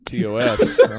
TOS